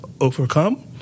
overcome